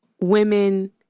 women